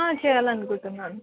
చేయాలనుకుంటున్నాను